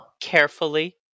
Carefully